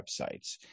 websites